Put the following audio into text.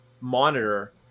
monitor